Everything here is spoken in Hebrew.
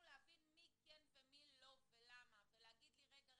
להבין מי כן ומי לא ולמה ולהגיד לי: רגע,